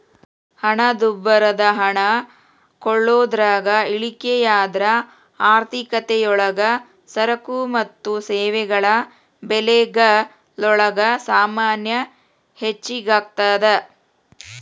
ಹಣದುಬ್ಬರದ ಹಣ ಕೊಳ್ಳೋದ್ರಾಗ ಇಳಿಕೆಯಾದ್ರ ಆರ್ಥಿಕತಿಯೊಳಗ ಸರಕು ಮತ್ತ ಸೇವೆಗಳ ಬೆಲೆಗಲೊಳಗ ಸಾಮಾನ್ಯ ಹೆಚ್ಗಿಯಾಗ್ತದ